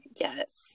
Yes